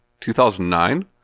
2009